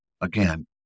again